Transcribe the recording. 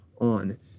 on